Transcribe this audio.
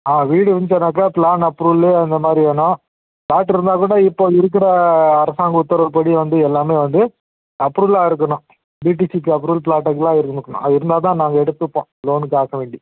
ஆ வீடு இருந்துச்சினாக்க plan approval இந்தமாதிரி வேணும் பிளாட் இருந்தாக்கூட இப்போ இருக்கிற அரசாங்க உத்தரவுப்படி வந்து எல்லாமே வந்து அப்ரூவலாக இருக்கணும் டிடிஸிபி அப்ரூவல் பிளாட்டுங்களா இருக்கணும் அது இருந்தாதான் நாங்கள் எடுத்துப்போம் லோனுக்காக வேண்டி